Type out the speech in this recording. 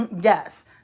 Yes